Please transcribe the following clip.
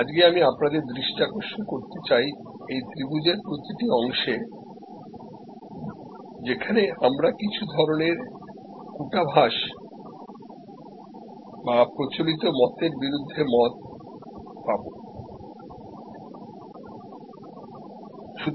আজকে আমি আপনাদের দৃষ্টি আকর্ষণ করতে চাই যে এই ত্রিভুজের প্রতিটি অংশে কোন না কোন প্যারাডক্স আছে